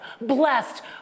Blessed